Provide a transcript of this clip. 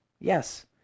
yes